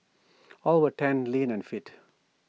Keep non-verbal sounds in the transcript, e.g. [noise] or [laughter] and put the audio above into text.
[noise] all were tanned lean and fit